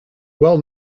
well